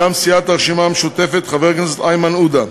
מטעם סיעת הרשימה המשותפת, חבר הכנסת איימן עודה,